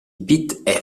bit